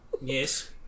yes